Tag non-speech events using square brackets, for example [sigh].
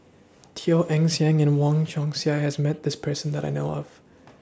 Teo Eng Seng and Wong Chong Sai has Met This Person that I know of [noise]